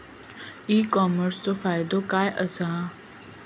E कॉमर्सचो फायदो काय असा?